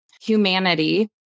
humanity